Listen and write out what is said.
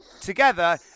together